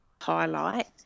highlight